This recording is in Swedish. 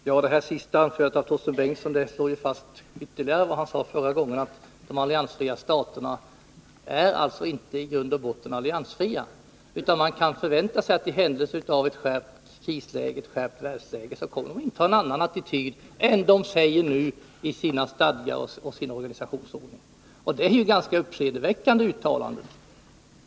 Herr talman! Det senaste anförandet av Torsten Bengtson slår ytterligare fast att han anser att de alliansfria staterna i grund och botten inte är alliansfria. Enligt Torsten Bengtsons uppfattning kan man förvänta sig att de alliansfria staterna i händelse av ett skärpt världsläge kommer att inta en annan attityd än vad som nu slås fast i deras stadgar och organisationsordning. Det är ett ganska uppseendeväckande uttalande.